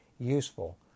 useful